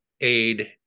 aid